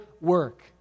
work